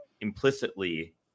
implicitly